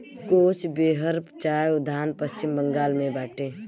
कोच बेहर चाय उद्यान पश्चिम बंगाल में बाटे